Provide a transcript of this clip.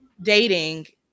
dating